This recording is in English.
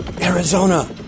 Arizona